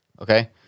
Okay